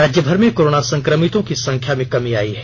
राज्यभर में कोरोना संकमितों की संख्या में कमी आयी है